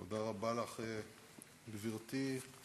תודה רבה לך, גברתי,